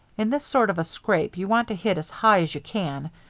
in this sort of a scrape you want to hit as high as you can,